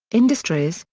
industries,